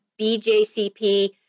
BJCP